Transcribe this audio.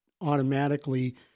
automatically